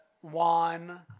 one